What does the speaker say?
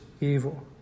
evil